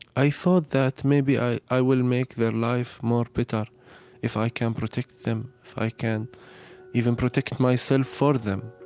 i thought that maybe i i will make their life more better if i can protect them, if i can even protect myself for them.